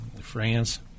France